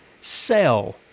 sell